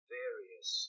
various